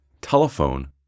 Telephone